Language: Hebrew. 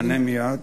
אענה מייד.